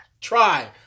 Try